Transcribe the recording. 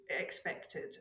expected